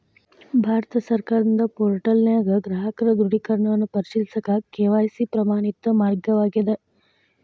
ಭಾರತ ಸರ್ಕಾರದಿಂದ ಪೋರ್ಟಲ್ನ್ಯಾಗ ಗ್ರಾಹಕರ ದೃಢೇಕರಣವನ್ನ ಪರಿಶೇಲಿಸಕ ಕೆ.ವಾಯ್.ಸಿ ಪ್ರಮಾಣಿತ ಮಾರ್ಗವಾಗ್ಯದ